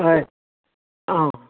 हय आं